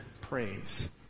praise